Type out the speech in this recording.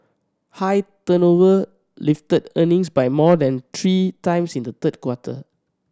higher turnover lifted earnings by more than three times in the third quarter